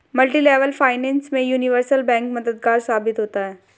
multilevel finance में universal bank मददगार साबित होता है